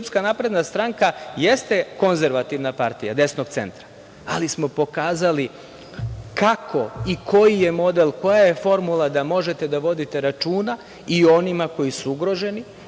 skupštini da SNS jeste konzervativna partija, desnog centra, ali smo pokazali kako i koji je model, koja je formula da možete da vodite računa i o onima koji su ugroženi,